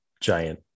giant